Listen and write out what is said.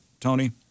Tony